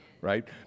right